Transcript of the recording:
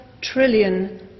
trillion